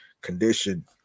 condition